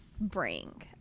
bring